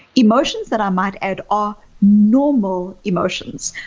emotions that i might add are normal emotions,